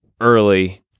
early